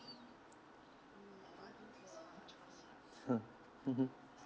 (uh huh)